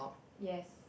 yes